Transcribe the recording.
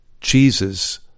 Jesus